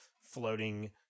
floating